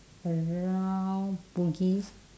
around bugis